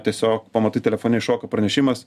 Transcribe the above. tiesiog pamatai telefone iššoko pranešimas